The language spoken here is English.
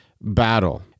battle